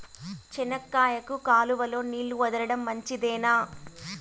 చెనక్కాయకు కాలువలో నీళ్లు వదలడం మంచిదేనా?